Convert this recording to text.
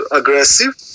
aggressive